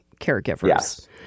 caregivers